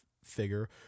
figure